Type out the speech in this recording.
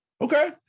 Okay